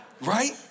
right